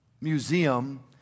museum